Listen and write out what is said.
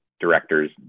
directors